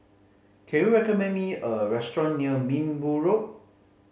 can you recommend me a restaurant near Minbu Road